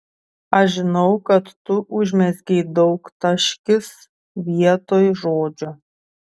aš žinau kad tu užmezgei daugtaškis vietoj žodžio